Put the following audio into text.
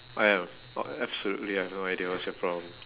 !aiya! what absolutely I have no idea what's your problem